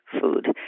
food